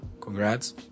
congrats